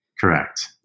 Correct